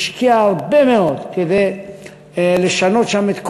להשקיע באוכלוסיות חלשות,